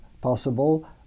possible